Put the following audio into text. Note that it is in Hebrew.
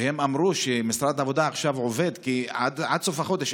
הם אמרו שמשרד העבודה עכשיו עובד עד סוף החודש,